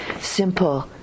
simple